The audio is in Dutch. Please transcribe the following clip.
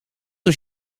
als